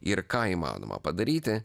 ir ką įmanoma padaryti